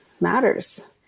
matters